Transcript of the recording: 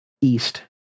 East